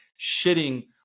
shitting